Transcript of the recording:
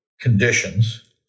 conditions